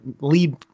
lead –